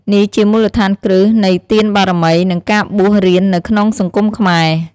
នេះជាមូលដ្ឋានគ្រឹះនៃទានបារមី និងការបួសរៀននៅក្នុងសង្គមខ្មែរ។